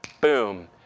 boom